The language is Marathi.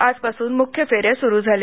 आजपासून मुख्य फे या सुरु झाल्या